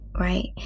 right